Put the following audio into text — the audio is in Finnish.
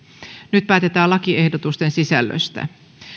nyt päätetään lakiehdotusten sisällöstä